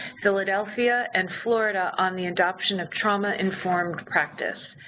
philadelphia, and florida on the adoption of trauma-informed practice.